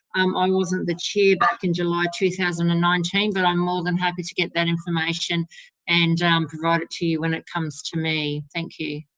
um i wasn't the chair back in july two thousand and nineteen, but i'm more than happy to get that information and um provide it to you when it comes to me. thank you.